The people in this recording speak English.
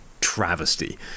travesty